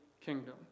kingdom